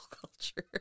culture